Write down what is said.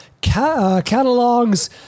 catalogs